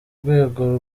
rwego